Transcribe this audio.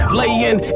laying